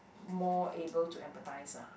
more able to emphasize ah